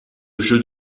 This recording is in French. jeux